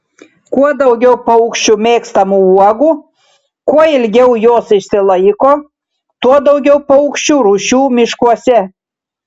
kuo daugiau paukščių mėgstamų uogų kuo ilgiau jos išsilaiko tuo daugiau paukščių rūšių miškuose